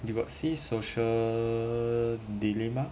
you got see social dilemma